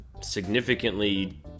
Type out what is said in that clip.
significantly